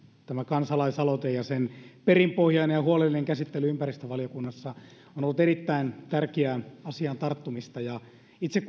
tämä kansalaisaloite ja sen perinpohjainen ja huolellinen käsittely ympäristövaliokunnassa on ollut erittäin tärkeää asiaan tarttumista kun itse